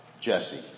Jesse